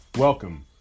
Welcome